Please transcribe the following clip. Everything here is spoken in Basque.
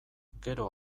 gero